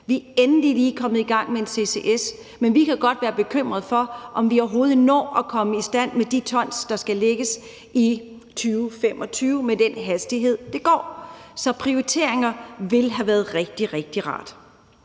Vi er endelig lige kommet i gang med en ccs, men vi kan godt være bekymrede for, om vi overhovedet når at komme i stand med de tons, der skal lægges i 2025, med den tempo, det går i. Så prioriteringer ville have været rigtig, rigtig rart.